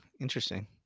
interesting